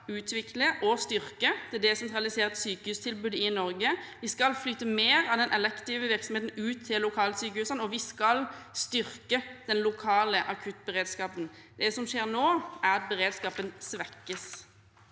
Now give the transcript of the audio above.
utvikle og styrke det desentraliserte sykehustilbudet i Norge, vi skal flytte mer av den elektive virksomheten ut til lokalsykehusene, og vi skal styrke den lokale akuttberedskapen. Det som skjer nå, er at beredskapen svekkes.